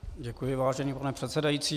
Děkuji, vážený pane předsedající.